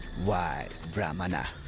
wise brahmana